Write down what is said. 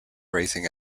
raising